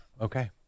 Okay